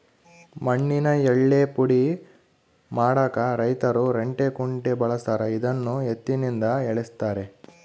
ಮಣ್ಣಿನ ಯಳ್ಳೇ ಪುಡಿ ಮಾಡಾಕ ರೈತರು ರಂಟೆ ಕುಂಟೆ ಬಳಸ್ತಾರ ಇದನ್ನು ಎತ್ತಿನಿಂದ ಎಳೆಸ್ತಾರೆ